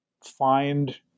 find